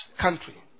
country